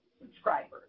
subscribers